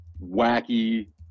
wacky